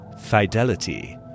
fidelity